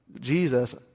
Jesus